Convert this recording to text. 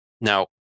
Now